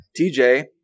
TJ